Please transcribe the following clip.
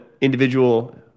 individual